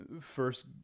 First